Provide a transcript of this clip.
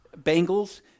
Bengals